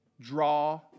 draw